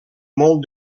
molt